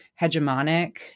hegemonic